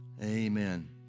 amen